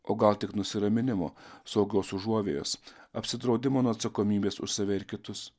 o gal tik nusiraminimo saugios užuovėjos apsidraudimo nuo atsakomybės už save ir kitus